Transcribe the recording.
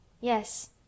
Yes